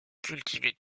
cultivait